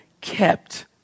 kept